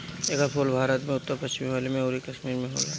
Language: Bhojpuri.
एकर फूल भारत में उत्तर पश्चिम हिमालय क्षेत्र अउरी कश्मीर में होला